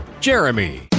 Jeremy